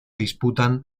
disputan